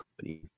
company